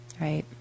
right